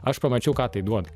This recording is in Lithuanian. aš pamačiau ką tai duoda